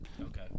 Okay